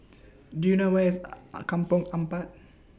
Do YOU know Where IS Kampong Ampat